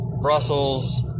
Brussels